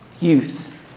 Youth